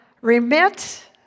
remit